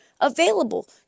Available